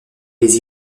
les